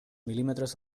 mil·límetres